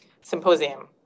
symposium